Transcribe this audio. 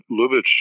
Lubitsch